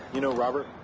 you know robert?